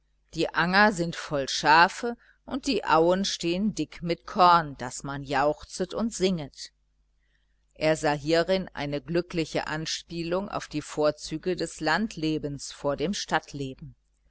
die anger sind voll schafe und die auen stehen dick mit korn daß man jauchzet und singet er sah hierin eine glückliche anspielung auf die vorzüge des landlebens vor dem stadtleben